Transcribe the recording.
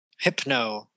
Hypno